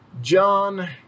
john